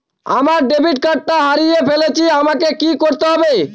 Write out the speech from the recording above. আমার ডেবিট কার্ডটা হারিয়ে ফেলেছি আমাকে কি করতে হবে?